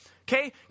Okay